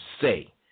say